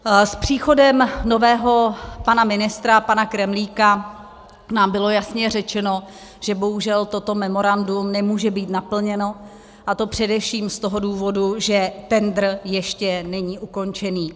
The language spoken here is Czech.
S příchodem nového pana ministra, pana Kremlíka, nám bylo jasně řečeno, že bohužel toto memorandum nemůže být naplněno, a to především z toho důvodu, že tendr ještě není ukončen.